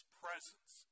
presence